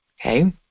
Okay